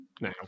now